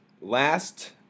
Last